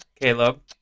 Caleb